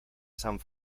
sant